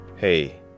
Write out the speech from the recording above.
Hey